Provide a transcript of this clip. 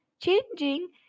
changing